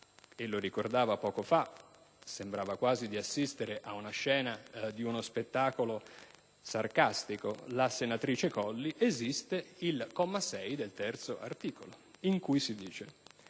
lo ricordava poco fa, quando sembrava quasi di assistere alla scena di uno spettacolo sarcastico, la senatrice Colli, il comma 6 dell'articolo 3 in cui si dice: